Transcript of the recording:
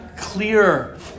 clear